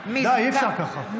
די, אי-אפשר ככה.